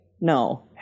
no